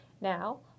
Now